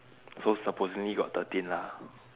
so supposingly got thirteen lah